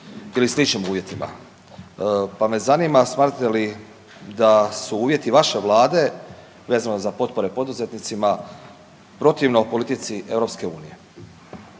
ili sličnim uvjetima, pa me zanima smatrate li da su uvjeti vaše vlade vezano za potpore poduzetnicima protivno politici EU?